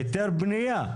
היתר בנייה.